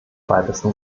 weitesten